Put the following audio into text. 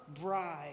bride